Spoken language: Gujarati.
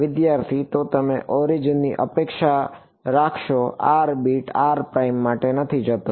વિદ્યાર્થી તો તમે ઓરિજિનની અપેક્ષા રાખશો r બિટ r પ્રાઇમ માટે નથી જતો